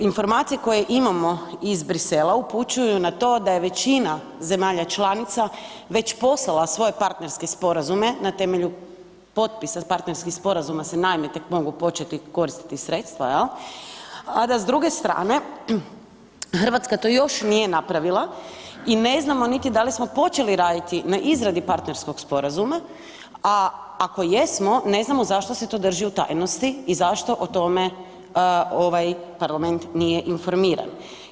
Informacije koje imamo iz Bruxellesa upućuju na to da je većina zemalja članica već poslala svoje partnerske sporazume na temelju potpisa partnerskih sporazuma se naime tek mogu početi koristiti sredstva jel, a da s druge strane Hrvatska to još nije napravila i ne znamo niti da li smo počeli raditi na izradi partnerskog sporazuma, a ako jesmo ne znamo zašto se to drži u tajnosti i zašto o tome ovaj parlament nije informiran.